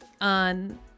On